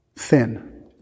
Thin